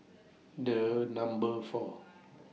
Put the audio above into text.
The Number four